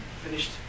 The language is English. finished